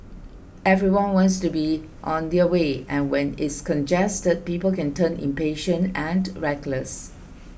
everyone wants to be on their way and when it's congested people can turn impatient and reckless